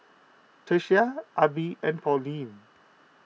Tyesha Abie and Pauline